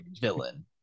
Villain